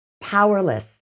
powerless